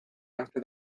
after